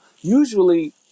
usually